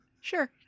Sure